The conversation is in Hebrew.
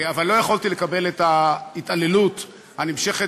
אבל לא יכולתי לקבל את ההתעללות הנמשכת